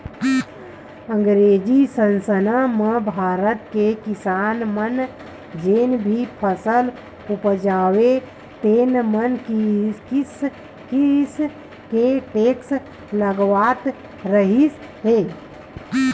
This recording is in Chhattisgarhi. अंगरेजी सासन म भारत के किसान मन जेन भी फसल उपजावय तेन म किसम किसम के टेक्स लगावत रिहिस हे